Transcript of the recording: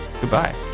Goodbye